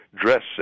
dress